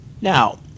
now